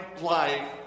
life